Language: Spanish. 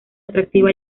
atractiva